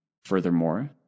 furthermore